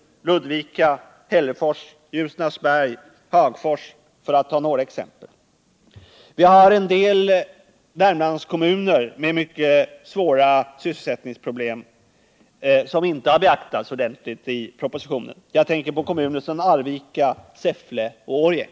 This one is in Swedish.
Det gäller Ludvika, Hällefors, Ljusnarsberg och Hagfors. Vi har en del Värmlandskommuner med mycket stora sysselsättningsproblem som inte har beaktats ordentligt i propositionen. Jag tänker på kommunerna Arvika, Säffle och Årjäng.